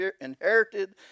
inherited